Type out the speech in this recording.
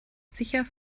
sicher